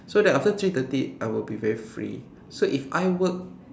so that after three thirty I will be very free so if I work